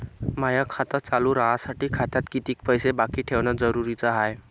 माय खातं चालू राहासाठी खात्यात कितीक पैसे बाकी ठेवणं जरुरीच हाय?